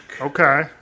Okay